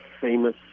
famous